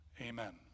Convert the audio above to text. Amen